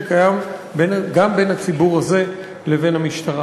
שקיים גם בין הציבור הזה לבין המשטרה.